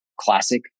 classic